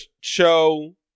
show